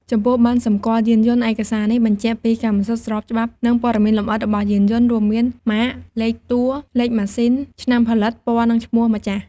ចំពោះ ប័ណ្ណសម្គាល់យានយន្ត ឯកសារនេះបញ្ជាក់ពី កម្មសិទ្ធិស្របច្បាប់ និងព័ត៌មានលម្អិតរបស់យានយន្ត រួមមាន ម៉ាក លេខតួ លេខម៉ាស៊ីន ឆ្នាំផលិត ពណ៌ និងឈ្មោះម្ចាស់។